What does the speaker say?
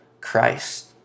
Christ